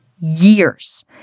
years